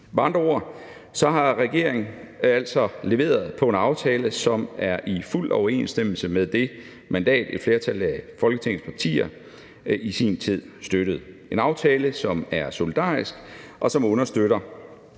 andre ord har regeringen altså leveret på en aftale, som er i fuld overensstemmelse med det mandat, som et flertal af Folketingets partier i sin tid støttede. Det er en aftale, der er solidarisk, og som understøtter